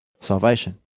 salvation